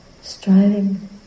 striving